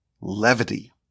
levity